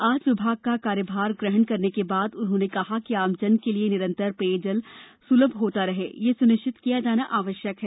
आज विभाग का कार्यभार ग्रहण करने के बाद उन्होंने कहा कि आमजन के लिए निरंतर पेयजल सुलभ होता रहे यह सुनिश्चित किया जाना आवश्यक है